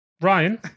Ryan